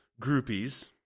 groupies